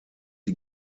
die